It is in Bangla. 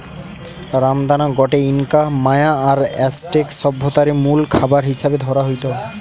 রামদানা গটে ইনকা, মায়া আর অ্যাজটেক সভ্যতারে মুল খাবার হিসাবে ধরা হইত